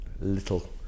little